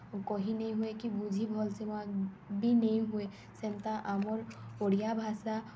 କହି ନିହୁଏ କି ବୁଝି ଭଲ୍ସେ ବି ନେଇ ହୁଏ ସେନ୍ତା ଆମର୍ ଓଡ଼ିଆ ଭାଷା